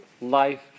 life